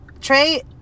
trey